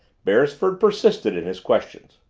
beresford persisted in his questions.